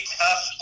tough